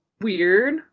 weird